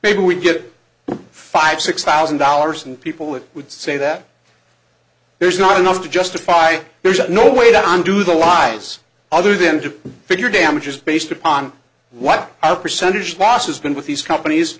maybe we get five six thousand dollars and people would say that there's not enough to justify there's no way to undo the lives other than to figure damages based upon what our percentage losses been with these companies